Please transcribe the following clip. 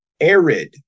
arid